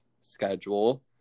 schedule